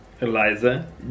Eliza